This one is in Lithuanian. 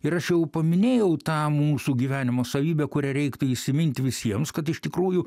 ir aš jau paminėjau tą mūsų gyvenimo savybę kurią reiktų įsimint visiems kad iš tikrųjų